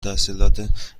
تحصیلات